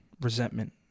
resentment